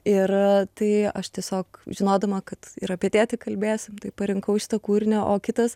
ir tai aš tiesiog žinodama kad ir apie tėtį kalbėsim taip parinkau šitą kūrinį o kitas